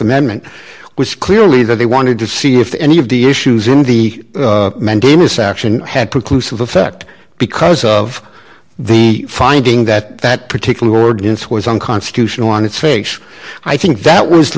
amendment which clearly that they wanted to see if any of the issues in the mandamus action had precluded of effect because of the finding that that particular ordinance was unconstitutional on its face i think that was the